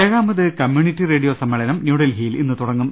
ഏഴാമത് community radio സമ്മേളനം ന്യൂഡൽഹിയിൽ ഇന്ന് തുടങ്ങും